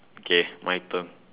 K my turn